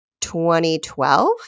2012